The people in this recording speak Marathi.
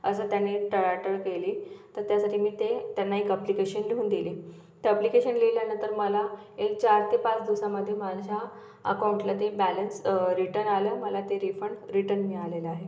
असं त्याने टाळाटाळ केली तर त्यासाठी मी ते त्यांना एक अप्लिकेशन लिहून देली तर अप्लिकेशन लिल्यानंतर मला एक चार ते पाच दिवसामध्ये माझ्या अकाऊंटला ते बॅलन्स रिटन आलं मला ते रिफंड रिटन मिळालेलं आहे